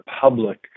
public